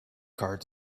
card